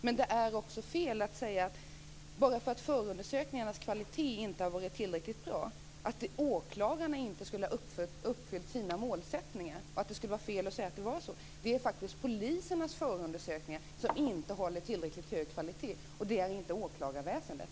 Men det är fel att säga att bara för att förundersökningarnas kvalitet inte har varit tillräckligt bra skulle åklagarna inte ha uppfyllt sina målsättningar. Det är faktiskt polisernas förundersökningar som inte håller tillräckligt hög kvalitet, inte åklagarväsendet.